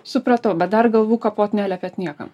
supratau bet dar galvų kapot neliepėt niekam